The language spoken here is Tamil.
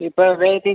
இப்போ